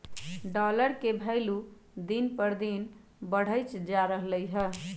dollar के भइलु दिन पर दिन बढ़इते जा रहलई ह